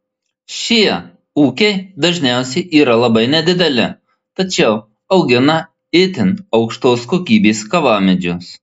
šie ūkiai dažniausiai yra labai nedideli tačiau augina itin aukštos kokybės kavamedžius